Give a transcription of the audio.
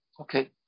Okay